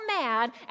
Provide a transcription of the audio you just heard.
mad